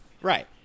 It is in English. Right